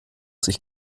sich